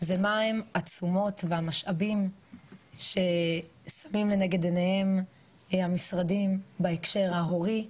זה מה הם התשומות והמשאבים ששמים לנגד עיניהם המשרדים בהקשר ההורי,